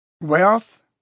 wealth